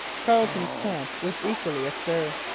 carleton's camp was equally astir.